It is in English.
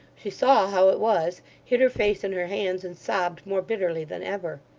she saw how it was hid her face in her hands and sobbed more bitterly than ever.